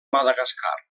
madagascar